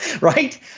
right